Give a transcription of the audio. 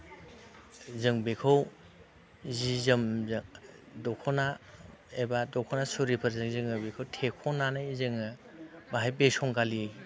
जों बेखौ जि जोम जों दख'ना एबा दख'ना सुरिफोरजों जोंङो बेखौ थेख'नानै जोंङो बाहाय बिसंगालि